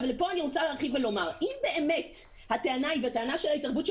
כאן אני רוצה להרחיב ולומר שאם באמת הטענה והטענה היא של ההתערבות של